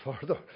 further